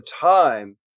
time